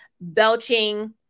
Belching